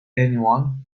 anyone